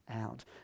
out